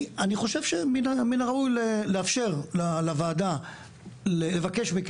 אני חושב שמן הראוי לאפשר לוועדה לבקש מכם,